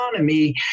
economy